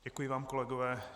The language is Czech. Děkuji vám, kolegové.